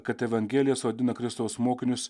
kad evangelija sodina kristaus mokinius